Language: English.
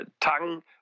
tongue